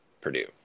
Purdue